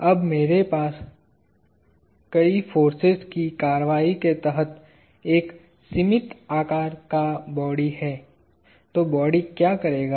अब अगर मेरे पास कई फोर्सेज की कार्रवाई के तहत एक सीमित आकार का बॉडी है तो बॉडी क्या करेगा